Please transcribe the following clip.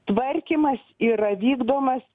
tvarkymas yra vykdomas